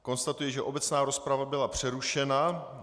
Konstatuji, že obecná rozprava byla přerušena.